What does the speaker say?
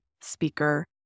speaker